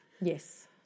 Yes